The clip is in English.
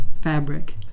fabric